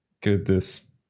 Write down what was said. Goodness